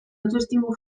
autoestimu